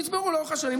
נצברו לאורך השנים,